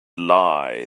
lie